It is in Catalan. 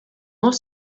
molt